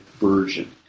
version